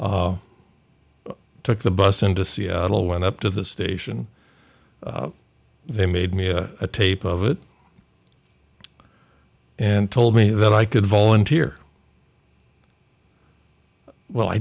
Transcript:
took the bus into seattle went up to the station they made me a tape of it and told me that i could volunteer well i